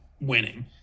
winning